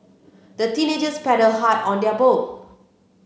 the teenagers paddled hard on their boat